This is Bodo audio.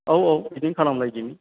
औ औ बिदिनो खालामलायदिनि